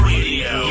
Radio